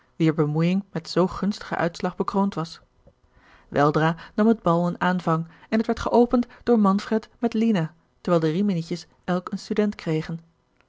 wier bemoeiing met zoo gunstigen uitslag bekroond was weldra nam het bal een aanvang en het werd geopend door manfred met lina terwijl de riminietjes elk een student kregen